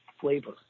flavor